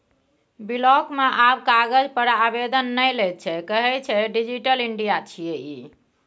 block मे आब कागज पर आवेदन नहि लैत छै कहय छै डिजिटल इंडिया छियै ई